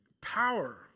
power